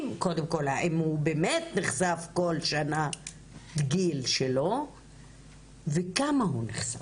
קודם כל האם הוא באמת נחשף כל השנה בגיל שלו וכמה הוא נחשף.